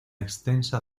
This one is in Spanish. extensa